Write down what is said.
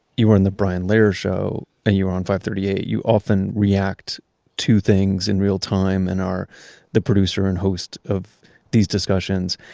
you were in the brian lehrer show and you were on fivethirtyeight. you often react to things in realtime and are the producer and host of these discussions.